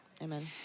Amen